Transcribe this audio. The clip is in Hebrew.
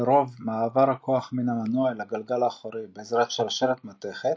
לרוב מועבר הכוח מן המנוע אל הגלגל האחורי בעזרת שרשרת מתכת,